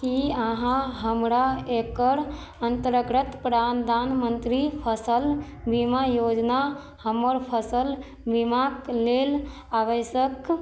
की अहाँ हमरा एकर अन्तर्गत प्राधानमन्त्री फसल बीमा योजना हमर फसल बीमाक लेल आवश्यक